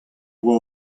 boa